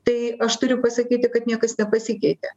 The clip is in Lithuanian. tai aš turiu pasakyti kad niekas nepasikeitė